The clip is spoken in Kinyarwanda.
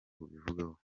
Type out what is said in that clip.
bubivugaho